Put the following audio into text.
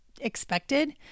expected